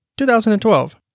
2012